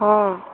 ହଁ